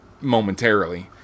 momentarily